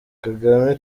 kagame